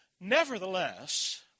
Nevertheless